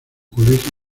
colegio